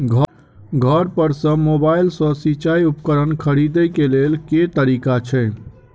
घर पर सऽ मोबाइल सऽ सिचाई उपकरण खरीदे केँ लेल केँ तरीका छैय?